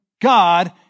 God